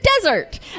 desert